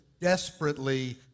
desperately